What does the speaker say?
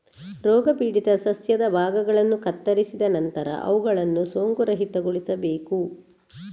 ರೋಗಪೀಡಿತ ಸಸ್ಯದ ಭಾಗಗಳನ್ನು ಕತ್ತರಿಸಿದ ನಂತರ ಅವುಗಳನ್ನು ಸೋಂಕುರಹಿತಗೊಳಿಸಬೇಕು